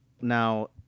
Now